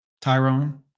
Tyrone